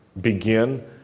begin